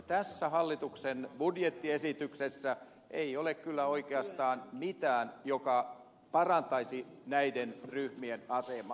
tässä hallituksen budjettiesityksessä ei ole kyllä oikeastaan mitään mikä parantaisi näiden ryhmien asemaa